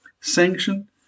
sanction